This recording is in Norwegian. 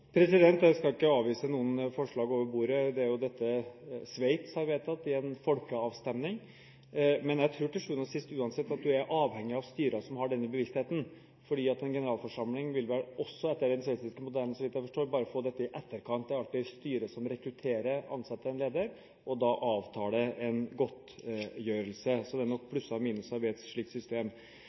Jeg skal ikke avvise noen forslag over bordet, det er jo dette Sveits har vedtatt i en folkeavstemning. Men jeg tror at man til sjuende og sist uansett er avhengig av styrer som har denne bevisstheten. For en generalforsamling vil vel også etter den sveitsiske modellen – så vidt jeg forstår – bare få dette i etterkant. Det er alltid styret som rekrutterer og ansetter en leder, og da avtaler en godtgjørelse. Så det er nok plusser og minuser ved et slikt system.